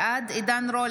בעד עידן רול,